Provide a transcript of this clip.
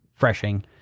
freshing